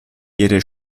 ihre